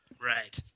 Right